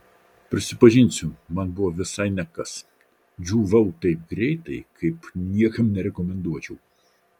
prisipažinsiu man buvo visai ne kas džiūvau taip greitai kaip niekam nerekomenduočiau